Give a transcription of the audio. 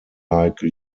like